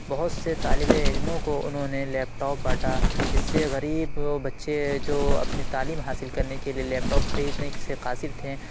بہت سے طالب علموں کو انہوں نے لیپ ٹاپ بانٹا اس سے غریب بچے جو اپنی تعلیم حاصل کرنے کے لیے لیپ ٹاپ خریدنے سے قاصر تھے